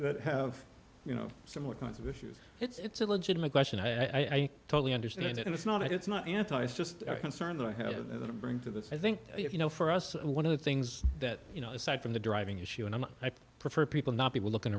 that have you know similar kinds of issues it's a legitimate question i totally understand it's not it's not anti social concern that i have to bring to this i think if you know for us one of the things that you know aside from the driving issue and i prefer people not people looking